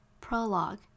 Prologue